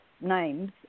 names